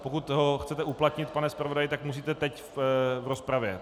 Pokud ho chcete uplatnit, pane zpravodaji, tak musíte teď v rozpravě.